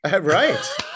Right